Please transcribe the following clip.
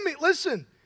listen